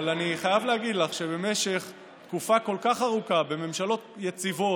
אבל אני חייב להגיד לך שבמשך תקופה כל כך ארוכה בממשלות יציבות,